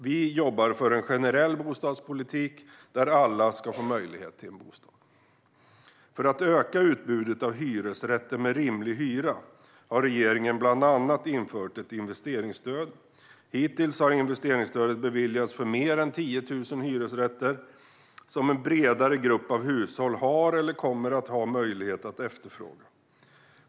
Vi jobbar för en generell bostadspolitik där alla ska få möjlighet till en bostad. För att öka utbudet av hyresrätter med rimlig hyra har regeringen bland annat infört ett investeringsstöd. Hittills har investeringsstöd beviljats för mer än 10 000 hyresrätter som en bredare grupp av hushåll har, eller kommer att ha, möjlighet att efterfråga.